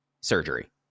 surgery